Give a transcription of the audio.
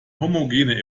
homogene